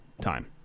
time